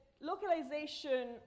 Localization